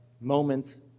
moments